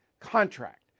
contract